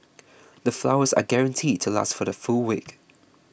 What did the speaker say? the flowers are guaranteed to last for the full week